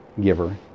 giver